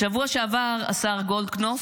בשבוע שעבר השר גולדקנופ